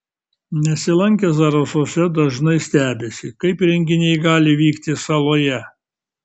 nesilankę zarasuose dažnai stebisi kaip renginiai gali vykti saloje